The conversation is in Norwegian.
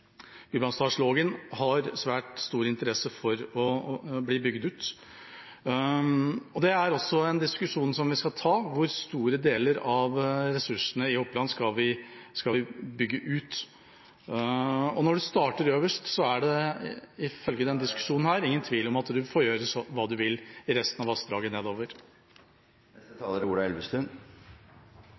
diskusjon vi skal ta, hvor store deler av ressursene i Oppland vi skal bygge ut. Når det starter øverst, er det, ifølge denne diskusjonen, ingen tvil om at en får gjøre hva en vil i resten av vassdraget nedover. Jeg synes både debatten og spørsmålsrunden viser at det er